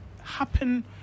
happen